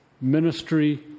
ministry